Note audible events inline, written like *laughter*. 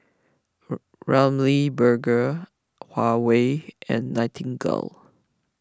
*unintelligible* Ramly Burger Huawei and Nightingale